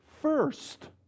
first